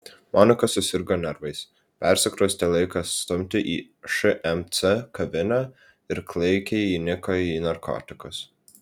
monika susirgo nervais persikraustė laiką stumti į šmc kavinę ir klaikiai įniko į narkotikus